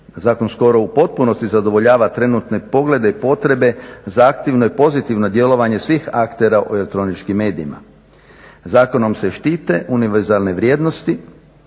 zakon skoro u potpunosti zadovoljava trenutne poglede i potrebe zahtjevno i pozitivno djelovanje svih aktera u elektroničkim medijima. Zakonom se štite univerzalne vrijednosti,